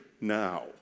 now